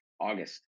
August